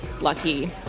lucky